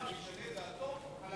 וישנה את דעתו על